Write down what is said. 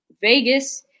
Vegas